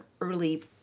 early